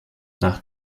nach